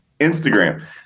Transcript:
Instagram